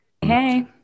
Hey